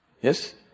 Yes